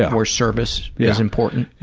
where service is important?